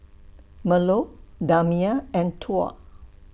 Melur Damia and Tuah